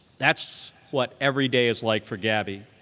that's what every day is like for gabby.